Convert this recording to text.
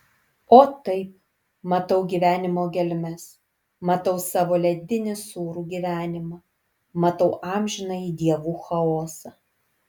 o taip matau gyvenimo gelmes matau savo ledinį sūrų gyvenimą matau amžinąjį dievų chaosą